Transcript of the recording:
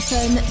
Fun